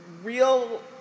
Real